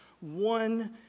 one